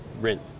rent